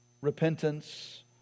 repentance